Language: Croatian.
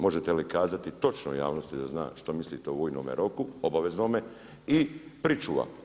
Možete li kazati točno javnosti za zna što mislite o vojnome roku obaveznome i pričuva.